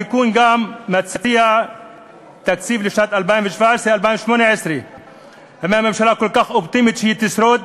התיקון גם מציע תקציב ל-2017 2018. האם הממשלה כל כך אופטימית שהיא תשרוד?